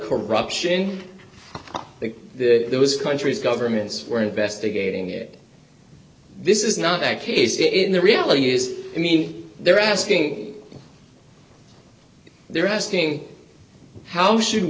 corruption there was countries governments were investigating it this is not that case it in the reality is i mean they're asking they're asking how should